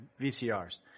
VCRs